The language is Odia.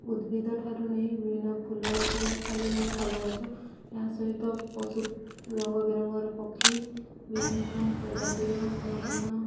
ଉଦ୍ଭିଦଠାରୁ ନେଇ ବିଭିନ୍ନ ଫୁଲ ଗଛଠାରୁ ନେଇ ଫଳ ଗଛ ଏହା ସହିତ ପଶୁ ରଙ୍ଗବେରଙ୍ଗର ପକ୍ଷୀ ବିଭିନ୍ନ ପ୍ରଜାତିର ନୂତନ